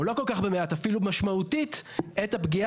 או לא כל כך במעט, אפילו משמעותית, את הפגיעה